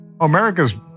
America's